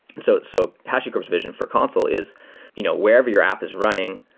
and so so hashicorp s vision for consul is you know wherever your app is running,